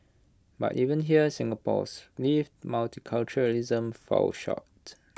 but even here Singapore's lived multiculturalism falls short